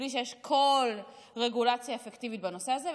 בלי שיש כל רגולציה אפקטיבית בנושא הזה.